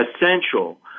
essential